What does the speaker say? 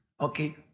okay